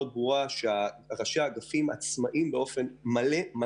ברורה שראשי האגפים עצמאיים באופן מלא.